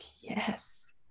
Yes